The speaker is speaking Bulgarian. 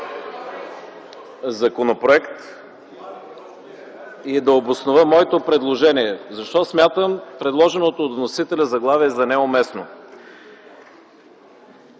мнозинството). Ще обоснова моето предложение. Защо смятам предложеното от вносителя заглавие за неуместно?